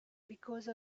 because